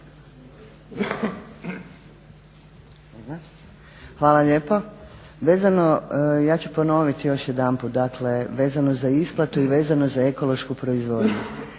Hvala lijepo. Vezano ja ću ponovit još jedanput, vezano za isplatu i vezano za ekološku proizvodnju.